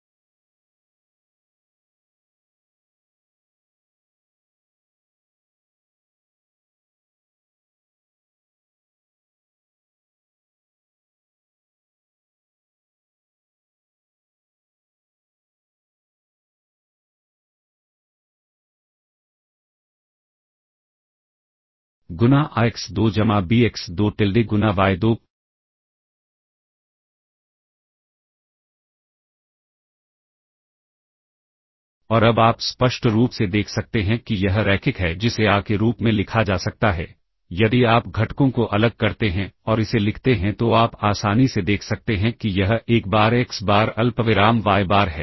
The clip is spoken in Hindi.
गुना a एक्स 2 जमा b एक्स 2 टिल्डे गुना वाय 2 और अब आप स्पष्ट रूप से देख सकते हैं कि यह रैखिक है जिसे a के रूप में लिखा जा सकता है यदि आप घटकों को अलग करते हैं और इसे लिखते हैं तो आप आसानी से देख सकते हैं कि यह एक बार एक्स बार अल्पविराम वाय बार है